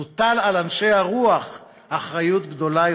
תוטל על אנשי הרוח אחריות גדולה,